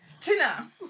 Tina